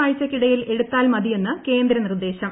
ആഴ്ചയ്ക്കിടയിൽ എടുത്ത്യാൽ മതിയെന്ന് കേന്ദ്ര നിർദ്ദേശം